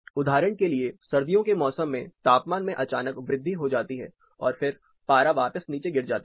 उदाहरण के लिए सर्दियों के मौसम में तापमान में अचानक वृद्धि हो जाती है और फिर पारा वापस नीचे गिर जाता है